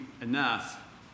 enough